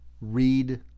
Read